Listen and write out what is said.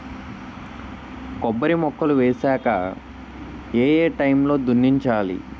కొబ్బరి మొక్కలు వేసాక ఏ ఏ టైమ్ లో దున్నించాలి?